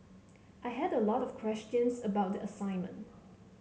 I had a lot of questions about the assignment